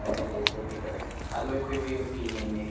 seven ꯗꯦꯖꯇꯒꯤ ꯑꯣꯏꯔꯦ ꯑꯗꯨ ꯑꯩꯈꯣꯏ ꯑꯩꯈꯣꯏ ꯑꯣꯄꯤꯅꯤꯌꯟꯅꯦ